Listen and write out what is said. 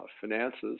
finances